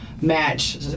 match